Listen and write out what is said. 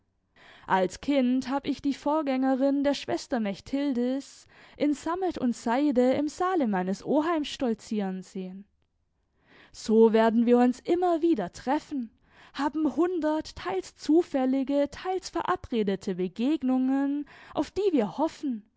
als kind hab ich die vorgängerin der schwester mechtildis in sammet und seide im saale meines oheims stolzieren sehen so werden wir uns immer wieder treffen haben hundert teils zufällige teils verabredete begegnungen auf die wir hoffen